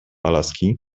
alaski